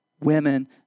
women